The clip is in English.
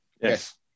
Yes